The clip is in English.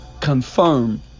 confirm